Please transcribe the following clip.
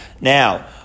Now